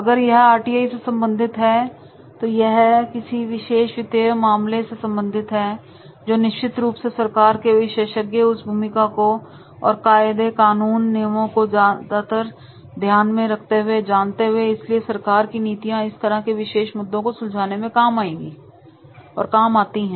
अगर यह आरटीआई से संबंधित है या किसी विशेष वित्तीय मामले से संबंधित है तो निश्चित रूप से सरकार के विशेषज्ञ उस भूमिका को और कायदे कानून नियमों को ज्यादा जानते होंगे इसलिए सरकार की नीतियां इस तरह के विशेष मुद्दे को सुलझाने के काम आती हैं